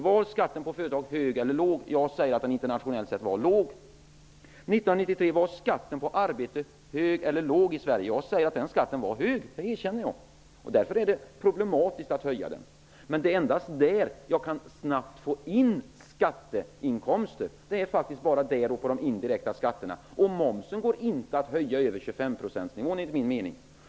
Var skatten på företag 1993 hög eller låg internationellt sett? Jag säger att den var låg. Var skatten på arbete 1993 hög eller låg internationellt sett? Jag säger att den var hög. Det erkänner jag. Det är problematiskt att höja den. Men endast på det sättet och genom indirekta skatter kan man snabbt få skatteinkomster. Momsen går enligt min mening inte att höja över 25-procentsnivån.